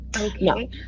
Okay